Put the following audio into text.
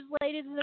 Ladies